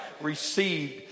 received